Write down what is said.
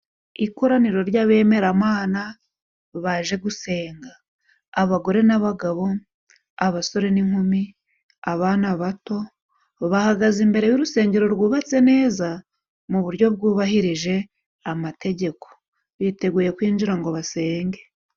Ikoraniro ry'abemeramana baje gusenga abagore n'abagabo, abasore n'inkumi, abana bato bahagaze imbere y'urusengero rwubatse neza, mu buryo bwubahirije amategeko biteguye kwinjira ngo basenge.